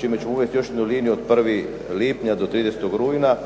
čime ćemo uvesti još jednu liniju od 1. lipnja do 30. rujna